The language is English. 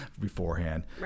beforehand